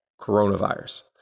coronavirus